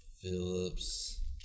Phillips